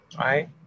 right